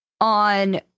on